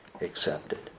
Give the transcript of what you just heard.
accepted